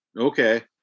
Okay